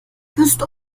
bist